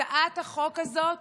הצעת החוק הזאת